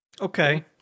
Okay